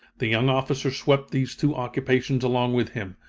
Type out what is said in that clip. the young officer swept these two occupations along with him,